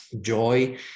joy